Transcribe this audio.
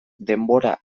denbora